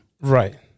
Right